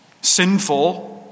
Sinful